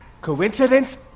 Coincidence